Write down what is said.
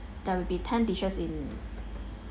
there will be ten dishes in